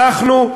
אנחנו,